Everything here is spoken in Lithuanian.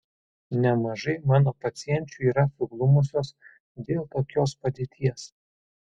nemažai mano pacienčių yra suglumusios dėl tokios padėties